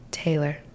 Taylor